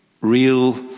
Real